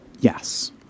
Yes